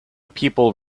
people